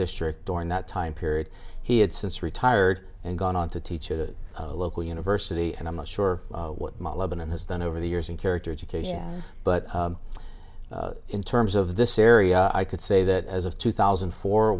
district during that time period he had since retired and gone on to teach at a local university and i'm not sure what lebanon has done over the years in character education but in terms of this area i could say that as of two thousand